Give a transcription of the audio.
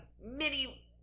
mini-